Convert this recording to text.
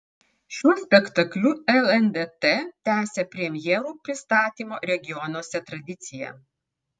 šiuo spektakliu lndt tęsia premjerų pristatymo regionuose tradiciją